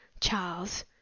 Charles